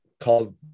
called